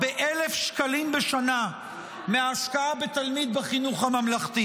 ב-1,000 שקלים בשנה מההשקעה בתלמיד בחינוך הממלכתי,